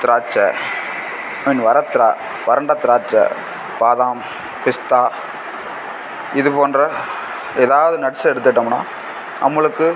திராட்சை இன் வற திரா வறண்ட திராட்சை பாதாம் பிஸ்தா இது போன்ற ஏதாவது நட்ஸ் எடுத்துகிட்டோம்னா நம்மளுக்கு